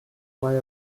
mai